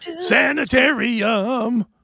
sanitarium